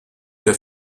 der